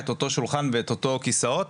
את אותו שולחן ואותם כסאות.